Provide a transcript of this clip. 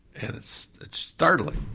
and it's startling.